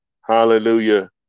Hallelujah